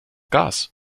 gas